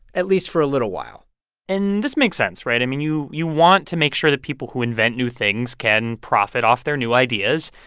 at least for a little while and this makes sense, right? i mean, you you want to make sure that people who invent new things can profit off their new ideas,